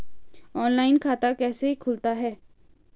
Online खाता कैसे खुलता है?